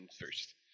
first